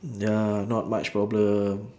ya not much problem